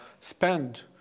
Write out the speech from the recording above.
spend